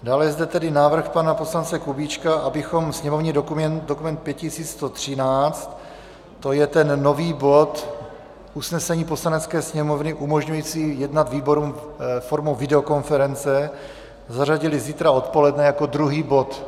Dále je zde tedy návrh pana poslance Kubíčka, abychom sněmovní dokument 5113, to je ten nový bod, usnesení Poslanecké sněmovny umožňující jednat výborům formou videokonference, zařadili zítra odpoledne jako druhý bod.